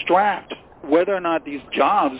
extract whether or not these jobs